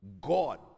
God